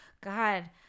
God